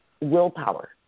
willpower